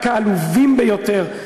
רק העלובים ביותר,